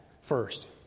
first